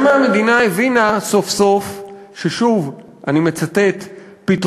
שמא הבינה המדינה סוף-סוף ששוב "פתרונות